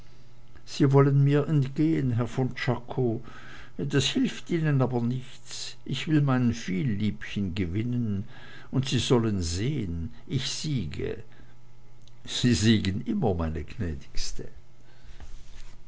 sie wollten mir entgehen herr von czako das hilft ihnen aber nichts ich will mein vielliebchen gewinnen und sie sollen sehen ich siege sie siegen immer meine gnädigste